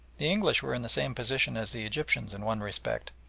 the english were in the same position as the egyptians in one respect,